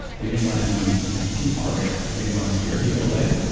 we didn't want to be too harsh. we didn't want to scare people away.